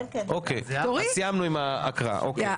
אוקי אז סיימנו עם ההקראה, אוקי.